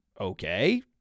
Okay